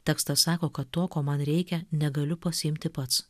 tekstas sako kad to ko man reikia negaliu pasiimti pats